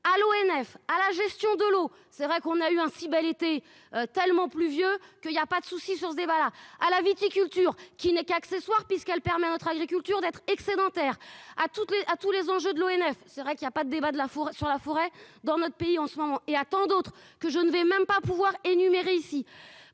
à l'ONF à la gestion de l'eau, c'est vrai qu'on a eu un si bel été tellement pluvieux que il y a pas de souci, José voilà à la viticulture qui n'est qu'accessoire, puisqu'elle permet à notre agriculture d'être excédentaire à toutes les à tous les enjeux de l'ONF, c'est vrai qu'il y a pas de débat de la fourrure sur la forêt dans notre pays en ce moment et à tant d'autres que je ne vais même pas pouvoir énumérer ici,